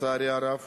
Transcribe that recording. לצערי הרב,